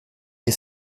est